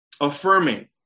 affirming